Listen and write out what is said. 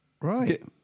Right